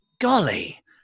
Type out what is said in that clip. Golly